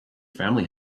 family